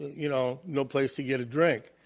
you know, no place to get a drink.